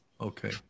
Okay